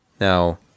Now